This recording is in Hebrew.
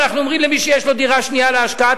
אנחנו אומרים: למי שיש דירה שנייה להשקעה,